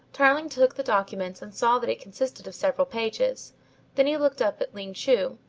tarling took the documents and saw that it consisted of several pages then he looked up at ling chu.